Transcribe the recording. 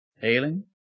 Healing